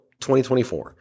2024